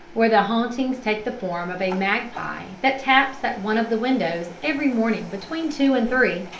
where the hauntings take the form of a magpie that taps at one of the windows every morning between two and three,